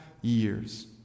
years